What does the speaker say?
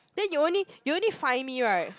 then you only you only find me right